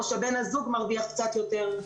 או שבן הזוג מרוויח קצת יותר,